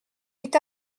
est